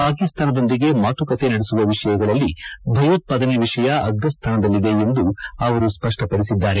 ಪಾಕಿಸ್ತಾನದೊಂದಿಗೆ ಮಾತುಕತೆ ನಡೆಸುವ ವಿಷಯಗಳಲ್ಲಿ ಭಯೋತ್ವಾದನೆ ವಿಷಯ ಅಗ್ರಸ್ಥಾನದಲ್ಲಿದೆ ಎಂದು ಅವರು ಸ್ಪಡ್ಡಪಡಿಸಿದ್ದಾರೆ